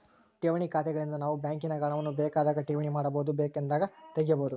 ಠೇವಣಿ ಖಾತೆಗಳಿಂದ ನಾವು ಬ್ಯಾಂಕಿನಾಗ ಹಣವನ್ನು ಬೇಕಾದಾಗ ಠೇವಣಿ ಮಾಡಬಹುದು, ಬೇಕೆಂದಾಗ ತೆಗೆಯಬಹುದು